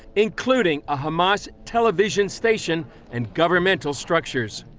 including a hamas television station and governmental structures.